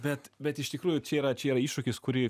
bet bet iš tikrųjų čia yra čia yra iššūkis kurį